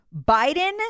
Biden